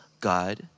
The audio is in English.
God